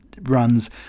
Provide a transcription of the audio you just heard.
runs